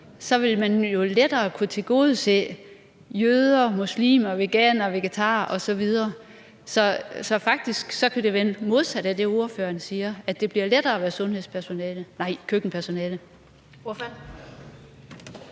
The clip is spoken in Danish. grønne retter, lettere vil kunne tilgodese jøder, muslimer, veganere og vegetarer osv. Så det kan jo faktisk være det modsatte af det, som ordføreren siger, altså at det bliver lettere at være køkkenpersonale.